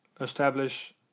establish